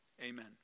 amen